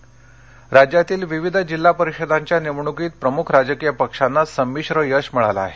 जिल्हा परिषद निवडणक राज्यातील विविध जिल्हा परिषदांच्या निवडणूकीत प्रमुख राजकीय पक्षांना संमिश्र यश मिळालं आहे